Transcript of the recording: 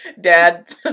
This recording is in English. Dad